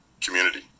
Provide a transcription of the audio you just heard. community